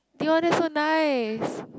Dion that's so nice